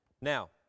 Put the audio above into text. Now